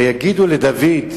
ויגידו לדוד,